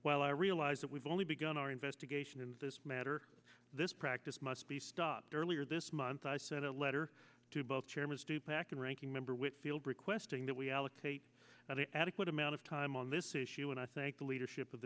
while i realize that we've only begun our investigation into this matter this practice must be stopped earlier this month i sent a letter to both chairman stu pac and ranking member whitfield requesting that we allocate the adequate amount of time on this issue and i thank the leadership of